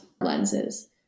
lenses